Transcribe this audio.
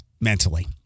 mentally